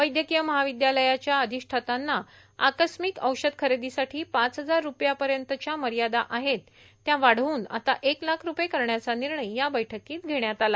वैद्यकीय महाविद्यालयाच्या अधिष्ठातांना आकस्मिक औषध खरेदीसाठी पाच हजार रुपयांपर्यंतच्या मर्यादा आहेत त्या वाढवून आता एक लाख रुपये करण्याचा निर्णय या बैठकीत घेण्यात आला